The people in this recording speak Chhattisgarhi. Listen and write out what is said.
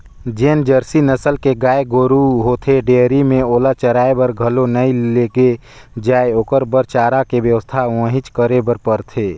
जेन जरसी नसल के गाय गोरु होथे डेयरी में ओला चराये बर घलो नइ लेगे जाय ओखर बर चारा के बेवस्था ल उहेंच करे बर परथे